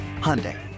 Hyundai